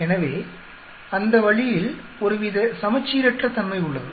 எனவே அந்த வழியில் ஒருவித சமச்சீரற்ற தன்மை உள்ளது